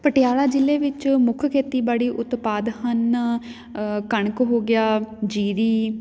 ਪਟਿਆਲਾ ਜਿਲ੍ਹੇ ਵਿੱਚ ਮੁੱਖ ਖੇਤੀਬਾੜੀ ਉਤਪਾਦ ਹਨ ਕਣਕ ਹੋ ਗਿਆ ਜੀਰੀ